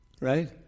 right